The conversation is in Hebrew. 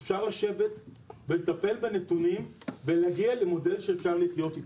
אפשר לשבת ולטפל בנתונים ולהגיע למודל שאפשר לחיות אתו,